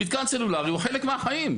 מתקן סלולרי הוא חלק מהחיים.